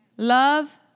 Love